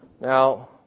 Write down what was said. Now